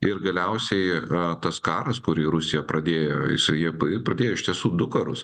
ir galiausiai a tas karas kurį rusija pradėjo jisai pradėjo iš tiesų du karus